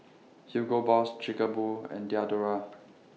Hugo Boss Chic A Boo and Diadora